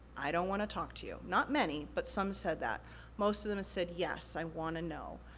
i don't wanna talk to you. not many, but some said that. most of them said, yes, i wanna know.